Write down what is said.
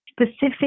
specific